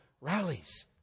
rallies